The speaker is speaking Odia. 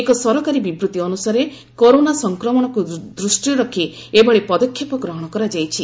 ଏକ ସରକାରୀ ବିବୃତି ଅନୁସାରେ କରୋନା ସଫକ୍ରମଣକୁ ଦୂଷ୍ଟିରେ ରଖି ଏଭଳି ପଦକ୍ଷେପ ଗ୍ରହଣ କରାଯାଇଛି